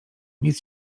nic